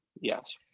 Yes